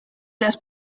las